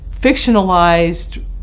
fictionalized